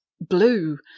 blue